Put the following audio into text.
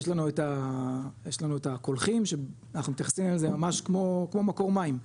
יש לנו את יש לנו את הקולחים שאנחנו מתייחסים לזה ממש כמו מקור מים,